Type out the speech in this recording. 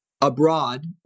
abroad